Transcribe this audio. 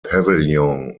pavilion